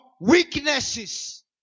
weaknesses